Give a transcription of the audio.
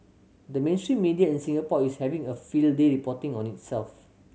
the mainstream media in Singapore is having a field day reporting on itself